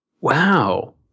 wow